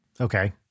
Okay